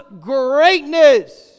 greatness